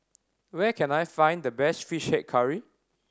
where can I find the best Fish Head Curry